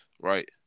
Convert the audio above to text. right